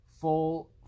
full